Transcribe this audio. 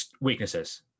weaknesses